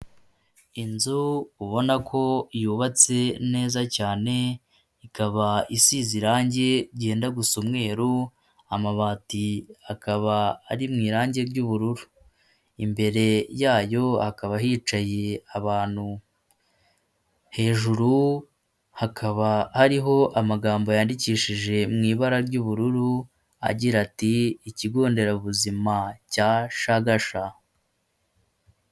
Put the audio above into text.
Inzu ubona ko yubatse neza cyane, ikaba isize irangi ryenda gusa umweru, amabati akaba ari mu irangi ry'ubururu, imbere yayo hakaba hicaye abantu, hejuru hakaba hariho amagambo yandikishije mu ibara ry'ubururu agira ati "ikigo nderabuzima cya Shagasha".